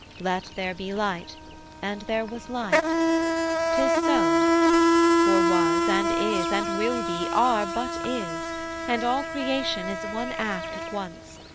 let there be light and there was light tis so for was, and is, and will be, are but is and all creation is one act at once,